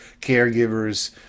caregivers